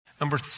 Number